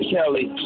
Kelly